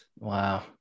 Wow